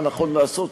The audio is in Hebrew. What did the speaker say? מה נכון לעשות.